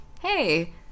hey